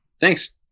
Thanks